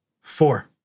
Four